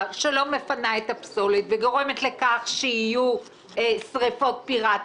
ושלא זאת תהיה זירת